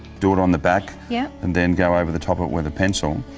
do it on the back yeah. and then go over the top of it with a pencil.